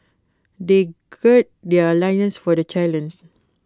they gird their loins for the challenge